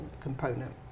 component